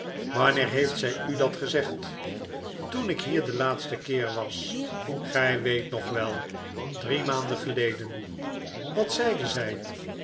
wanneer heeft zij u dat gezegd toen ik hier den laatsten keer was gy weet nog wel drie maanden geleden wat zeide zjj